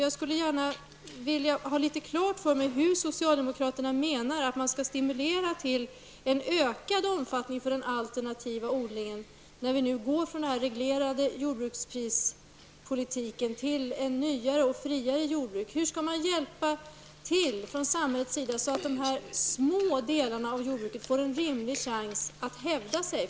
Jag skulle gärna vilja få klart för mig hur socialdemokraterna menar att man skall stimulera till en ökad omfattning för den alternativa odlingen, när vi nu går från den reglerade jordbruksprispolitiken till ett nyare och friare jordbruk. Hur skall samhället kunna hjälpa till så att dessa små delar av jordbruket får en rimlig chans att hävda sig?